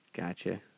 Gotcha